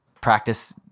practice